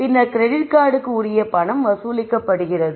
பின்னர் கிரெடிட் கார்டுக்கு உரிய பணம் வசூலிக்கப்படுகிறது